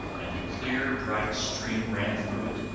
and a clear, bright stream ran through it,